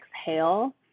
exhale